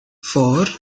four